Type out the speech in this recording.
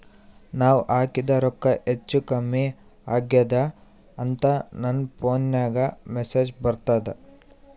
ನಾವ ಹಾಕಿದ ರೊಕ್ಕ ಹೆಚ್ಚು, ಕಮ್ಮಿ ಆಗೆದ ಅಂತ ನನ ಫೋನಿಗ ಮೆಸೇಜ್ ಬರ್ತದ?